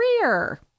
career